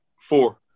Four